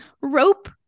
rope